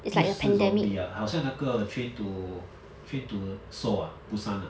又是 zombie 啊好像那个 train to train to seoul ah busan ah